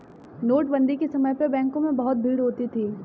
नोटबंदी के समय पर बैंकों में बहुत भीड़ होती थी